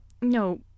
No